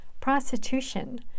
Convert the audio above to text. prostitution